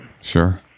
Sure